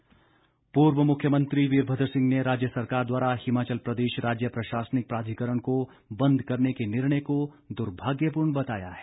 वीरभद्र सिंह पूर्व मुख्यमंत्री वीरभद्र सिंह ने राज्य सरकार द्वारा हिमाचल प्रदेश राज्य प्रशासनिक प्राधिकरण को बंद करने के निर्णय को दुर्भाग्यपूर्ण बताया है